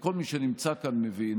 וכל מי שנמצא כאן מבין